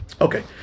Okay